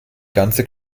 ganze